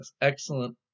Excellent